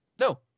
no